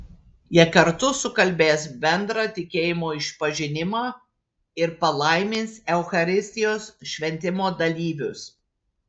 jie kartu sukalbės bendrą tikėjimo išpažinimą ir palaimins eucharistijos šventimo dalyvius